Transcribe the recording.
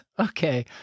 Okay